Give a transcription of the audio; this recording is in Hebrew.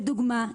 לדוגמה,